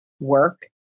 work